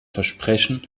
versprechen